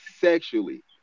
sexually